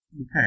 Okay